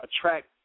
attract